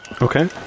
Okay